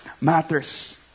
matters